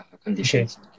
Conditions